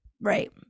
Right